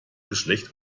geschlecht